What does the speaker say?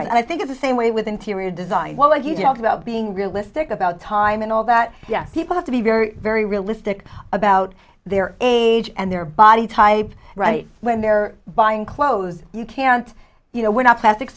fashion i think of the same way with interior design what you know about being realistic about time and all that yes people have to be very very realistic about their age and their body type right when they're buying clothes you can't you know we're not plastic